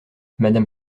madame